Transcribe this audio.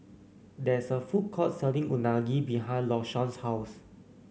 there is a food court selling Unagi behind Lashawn's house